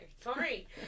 Sorry